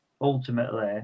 ultimately